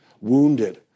wounded